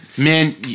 Man